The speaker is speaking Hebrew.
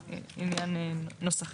זה עניין נוסחי.